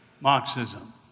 Marxism